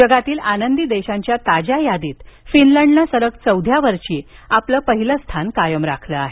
जगातील आनंदी देशांच्या ताज्या यादील फिनलंडनं सलग चौथ्या वर्षी आपलं पहिलं स्थान कायम राखलं आहे